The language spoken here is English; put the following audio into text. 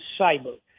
cyber